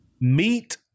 Meet